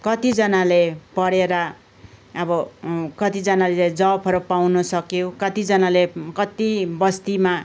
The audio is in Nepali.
कति जानाले पढेर अब कति जानाले चाहिँ जबहरू पाउँन सक्यो कति जानाले कति बस्तिमा